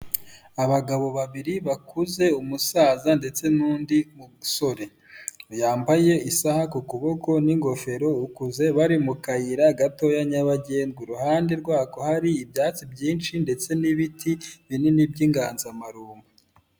Abagabo babiri bakuze umusaza ndetse n'undi musore, yambaye isaha ku kuboko n'ingofero ukuze bari mu kayira gato ya nyabagendwa, iruhande rwako hari ibyatsi byinshi ndetse n'ibiti binini by'inganzamarumbo.